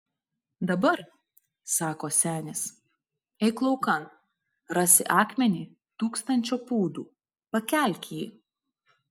dabar sako senis eik laukan rasi akmenį tūkstančio pūdų pakelk jį